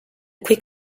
quick